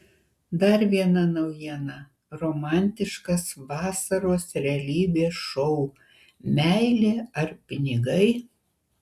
dar viena naujiena romantiškas vasaros realybės šou meilė ar pinigai